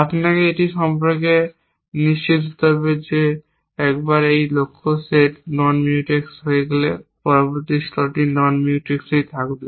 আপনাকে এটি সম্পর্কে নিশ্চিত করতে হবে যে একবার একটি লক্ষ্য সেট নন মিউটেক্স হয়ে গেলে পরবর্তী স্তরে এটি নন মিউটেক্স থাকবে